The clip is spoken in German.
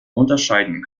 unterscheiden